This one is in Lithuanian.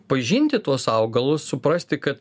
pažinti tuos augalus suprasti kad